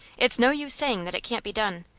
it's no use saying that it can't be done,